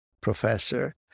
professor